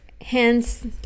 hence